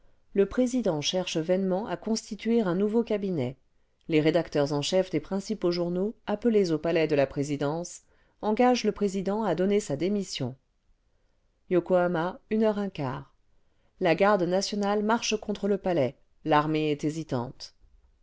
le président cherche vainement à constituer un nouveau cabinet les rédacteurs en chef des principaux journaux appelés au palais de la présidence engagent le président à donner sa démission yokohama une heure un quart la garde nationale marche contre le palais l'armée est hésitante